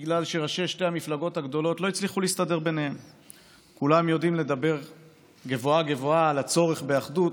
תחשבו על זה.